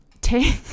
take